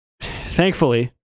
thankfully